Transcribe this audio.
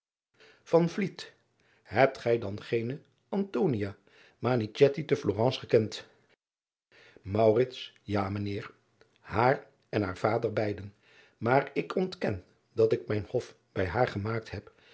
ebt gij dan geene te lorence gekend a mijn eer haar en haar vader beiden maar ik ontken dat ik mijn hof bij haar gemaakt heb